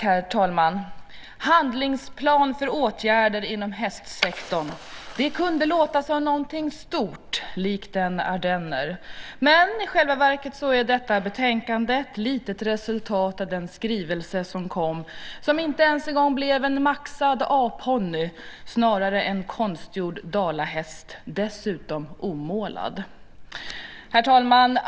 Herr talman! Handlingsplan för åtgärder inom hästsektorn. Det kunde låta som något stort, likt en ardenner. Men i själva verket är detta betänkande ett litet resultat av den skrivelse som kom, som inte ens en gång blev en maxad A-ponny, snarare en konstgjord dalahäst, dessutom omålad. Herr talman!